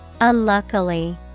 Unluckily